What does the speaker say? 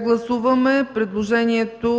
Гласуваме предложението